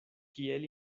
kiel